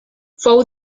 fou